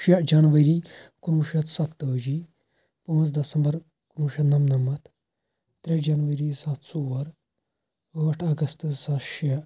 شےٚ جَنؤری کُنوُہ شیٚتھ سَتتٲجی پانٛژھ دٮ۪سَمبر کُنوُہ شیٚتھ نَمنَمَتھ ترٛےٚ جَنؤری زٕ ساس ژور ٲٹھ اَگست زٕ ساس شےٚ